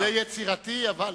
זה יצירתי, אבל